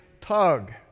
tug